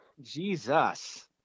jesus